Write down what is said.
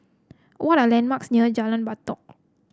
what are the landmarks near Jalan Batalong